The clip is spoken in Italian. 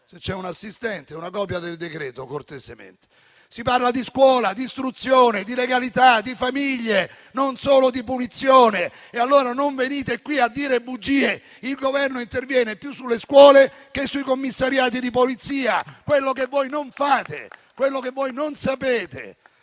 un cortese assistente, una copia del provvedimento): nel testo si parla di scuola, di istruzione, di legalità, di famiglie, non solo di punizione. E allora non venite qui a dire bugie. Il Governo interviene più sulle scuole che sui commissariati di Polizia, quello che voi non fate, quello che voi non sapete.